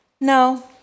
No